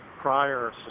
prior